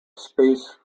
space